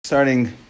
starting